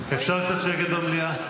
אפשר קצת שקט במליאה?